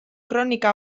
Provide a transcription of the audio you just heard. kronika